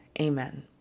Amen